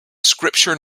scripture